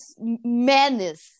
madness